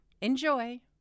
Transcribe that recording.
Enjoy